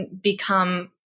become